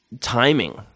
timing